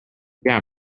yeah